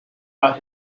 out